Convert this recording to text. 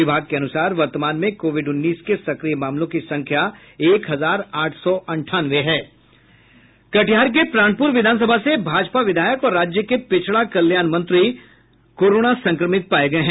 विभाग के अनुसार वर्तमान में कोविड उन्नीस के सक्रिय मामलों की संख्या एक हजार आठ सौ अंठानवे हैं कटिहार के प्राणपूर विधानसभा से भाजपा विधायक और राज्य के पिछड़ा कल्याण मंत्री कोरोना संक्रमित पाये गये हैं